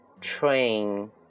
train